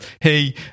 Hey